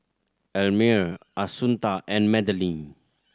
Elmire Assunta and Madeleine